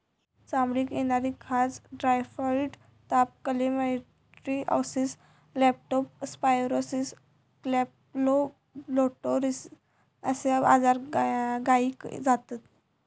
चामडीक येणारी खाज, टायफॉइड ताप, क्लेमायडीओसिस, लेप्टो स्पायरोसिस, कॅम्पलोबेक्टोरोसिस अश्ये आजार गायीक जातत